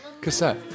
Cassette